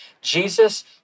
Jesus